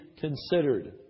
considered